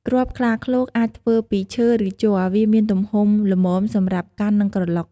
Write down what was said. គ្រាប់ខ្លាឃ្លោកអាចធ្វើពី ឈើ ឬជ័រ វាមានទំហំល្មមសម្រាប់កាន់ និងក្រឡុក។